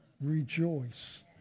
rejoice